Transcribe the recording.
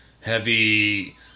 heavy